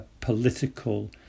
political